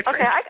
Okay